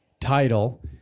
title